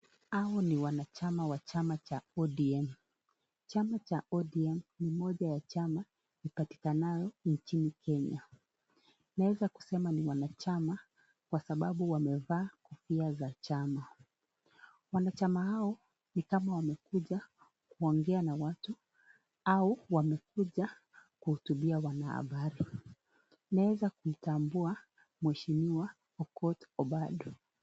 Hao ni wanachama wa chama cha ODM. Chama cha ODM ni moja ya chama ipatikanao inchini Kenya. Naeza kusema ni wanachama kwa sababu wamevaa kofia za chama. Wanachama hao ni kama wamekuja kuongea na watu au wamekuja kuhutubia wanahabari. Naeza kumtambua mheshimiwa Okoth Obado.